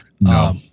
No